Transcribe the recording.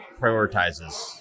prioritizes